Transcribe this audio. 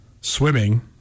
swimming